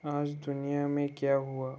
आज दुनिया में क्या हुआ